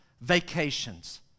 vacations